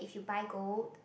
if you buy gold